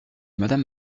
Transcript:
madame